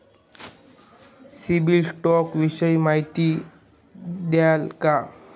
CIBIL score विषयी माहिती द्याल का?